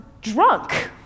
drunk